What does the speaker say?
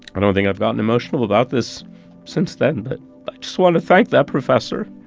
i don't think i've gotten emotional about this since then, but i just want to thank that professor